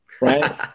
Right